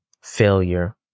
failure